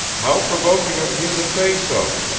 how provoking of you to say so!